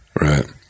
Right